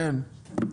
סמכות.